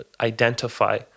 identify